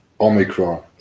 Omicron